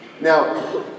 Now